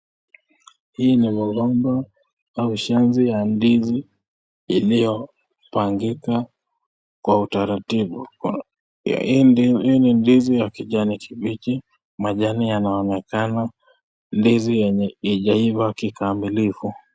Hii ni mgomba au shanzi ya ndizi iliyopangika kwa utaratibu, hii ni ndizi ya kijani kibichi, machani yanaonekana ni ndizi yenye hazijaiva kikamilifu.